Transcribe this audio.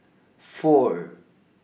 four